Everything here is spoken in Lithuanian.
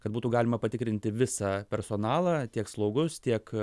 kad būtų galima patikrinti visą personalą tiek slaugus tiek